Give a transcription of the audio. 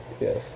Yes